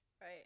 Right